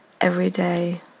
everyday